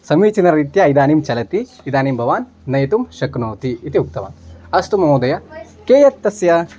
समीचिनरीत्या इदानीं चलति इदानीं भवान् नेतुं शक्नोति इति उक्तवान् अस्तु महोदय कियत् तस्य